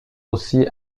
aussi